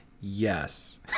Yes